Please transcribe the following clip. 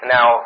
Now